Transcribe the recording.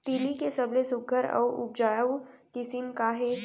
तिलि के सबले सुघ्घर अऊ उपजाऊ किसिम का हे?